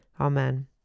Amen